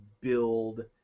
build